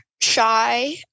shy